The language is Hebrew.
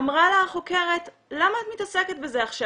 אמרה לה החוקרת: "למה את מתעסקת בזה עכשיו?